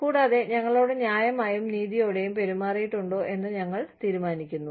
കൂടാതെ ഞങ്ങളോട് ന്യായമായും നീതിയോടെയും പെരുമാറിയിട്ടുണ്ടോ എന്ന് ഞങ്ങൾ തീരുമാനിക്കുന്നു